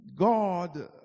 God